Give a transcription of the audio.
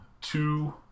two